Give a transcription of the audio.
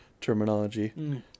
terminology